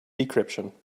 decryption